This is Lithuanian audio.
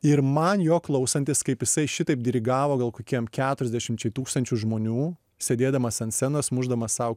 ir man jo klausantis kaip jisai šitaip dirigavo gal kokiem keturiasdešimčiai tūkstančių žmonių sėdėdamas ant scenos mušdamas sau